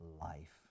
life